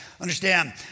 Understand